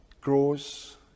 grows